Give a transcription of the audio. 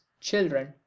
children